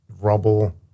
rubble